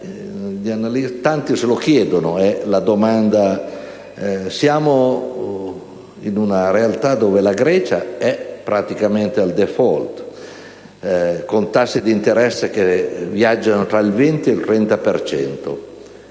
Tanti se lo chiedono. Siamo in una realtà dove la Grecia è praticamente al *default*, con tassi di interesse che viaggiano tra il 20 e il 30